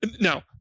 now